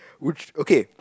which okay